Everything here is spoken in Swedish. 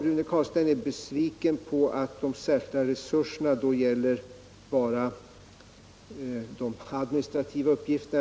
Rune Carlstein är besviken över att de särskilda resurserna till arbetsgrupperna bara gäller de administrativa uppgifterna.